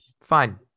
Fine